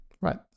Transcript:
Right